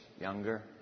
younger